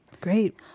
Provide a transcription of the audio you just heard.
great